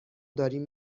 داریم